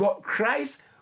Christ